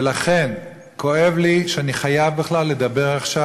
ולכן כואב לי שאני חייב בכלל לדבר עכשיו